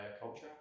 culture